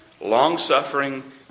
long-suffering